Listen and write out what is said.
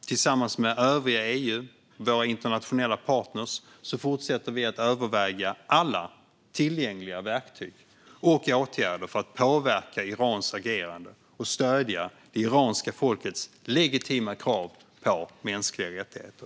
Tillsammans med övriga EU och våra internationella partner fortsätter vi att överväga alla tillgängliga verktyg och åtgärder för att påverka Irans agerande och stödja det iranska folkets legitima krav på mänskliga rättigheter.